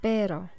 Pero